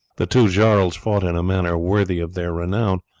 the two jarls fought in a manner worthy of their renown,